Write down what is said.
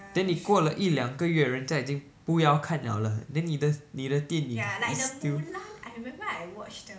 then 你过了一两个月人家已经不要看 liao 了 then 你的你的电影 is still